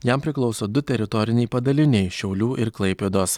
jam priklauso du teritoriniai padaliniai šiaulių ir klaipėdos